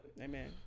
Amen